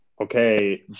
okay